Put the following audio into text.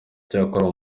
icyakora